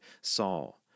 Saul